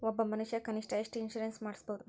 ಒಬ್ಬ ಮನಷಾ ಕನಿಷ್ಠ ಎಷ್ಟ್ ಇನ್ಸುರೆನ್ಸ್ ಮಾಡ್ಸ್ಬೊದು?